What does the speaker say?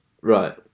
right